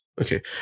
okay